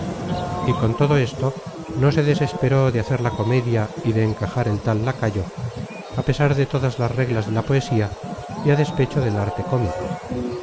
y con todo esto no se desesperó de hacer la comedia y de encajar el tal lacayo a pesar de todas las reglas de la poesía y a despecho del arte cómico